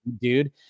dude